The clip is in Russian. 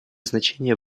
значение